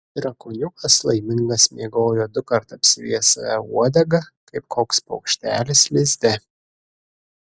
drakoniukas laimingas miegojo dukart apsivijęs save uodega kaip koks paukštelis lizde